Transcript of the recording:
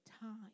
time